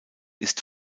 ist